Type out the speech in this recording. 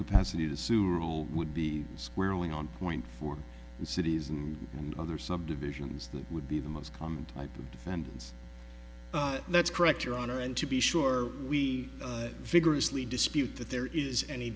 capacity to sue or all would be squarely on point for cities and and other subdivisions that would be the most common type of defendants but that's correct your honor and to be sure we vigorously dispute that there is any